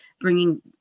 bringing